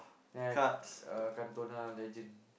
then have uh Cantona legend